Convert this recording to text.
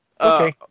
Okay